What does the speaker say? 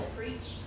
preach